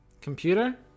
computer